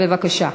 בבקשה.